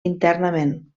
internament